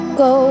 go